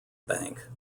bank